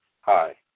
hi